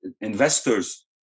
investors